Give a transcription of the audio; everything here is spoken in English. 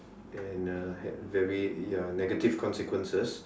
and uh had very ya negative consequences